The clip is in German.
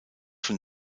von